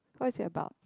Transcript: what is it about